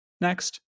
next